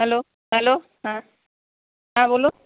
hello hello হ্যাঁ হ্যাঁ বলুন